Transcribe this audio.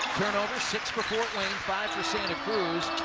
turnovers, six for fort wayne, five for santa cruz.